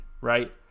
right